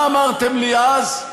מה אמרתם לי אז,